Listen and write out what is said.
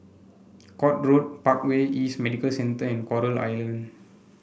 Court Road Parkway East Medical Centre and Coral Island